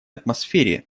атмосфере